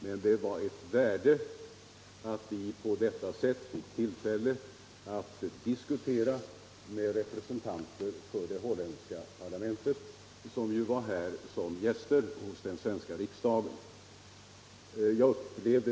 Men det var av stort värde att vi fick tillfälle att diskutera frågan med de representanter för det holländska parlamentet som var här som den svenska riksdagens gäster.